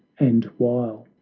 and while,